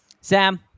Sam